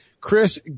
Chris